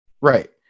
Right